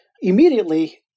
immediately